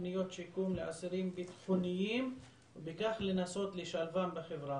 לתוכניות שיקום לאסירים ביטחוניים ובכך לנסות לשלבם בחברה.